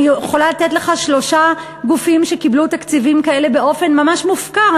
אני יכולה לתת לך שלושה גופים שקיבלו תקציבים כאלה באופן ממש מופקר.